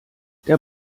der